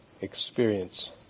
experience